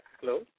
Hello